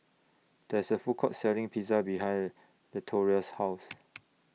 There IS A Food Court Selling Pizza behind Latoria's House